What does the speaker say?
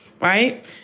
right